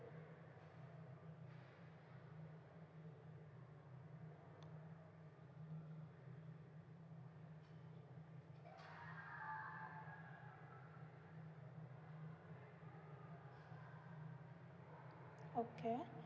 okay